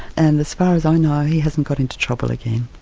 and as far as i know, he hasn't got into trouble again.